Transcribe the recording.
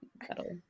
that'll